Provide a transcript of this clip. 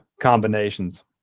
combinations